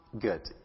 good